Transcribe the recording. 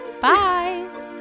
Bye